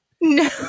No